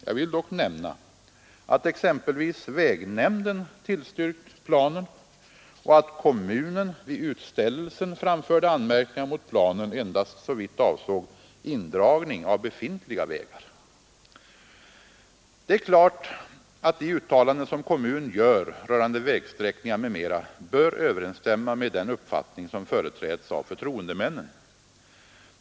Jag vill dock nämna, att exempelvis vägnämnden tillstyrkt planen och att kommunen vid utställelsen framförde anmärkningar mot planen endast såvitt avsåg indragning av befintliga vägar. Det är klart att de uttalanden som kommun gör rörande vägsträckningar m.m. bör överensstämma med den uppfattning som företräds av förtroendemännen.